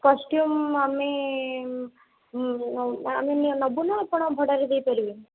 costume ଆମେ ଆମେ ନବୁ ନା ଆପଣ ଭଡ଼ାରେ ଦେଇପାରିବେ